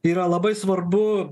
yra labai svarbu